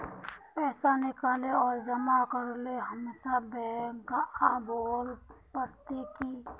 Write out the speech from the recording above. पैसा निकाले आर जमा करेला हमेशा बैंक आबेल पड़ते की?